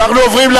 אנחנו עוברים,